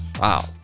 Wow